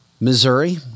Missouri